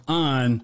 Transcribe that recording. on